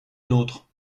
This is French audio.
nôtre